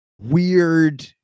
weird